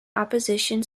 opposition